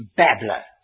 babbler